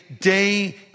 day